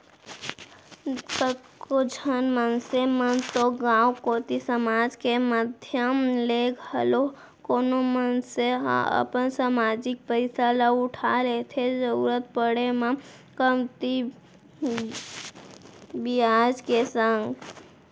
कतको झन मनसे मन तो गांव कोती समाज के माधियम ले घलौ कोनो मनसे ह अपन समाजिक पइसा ल उठा लेथे जरुरत पड़े म कमती बियाज के संग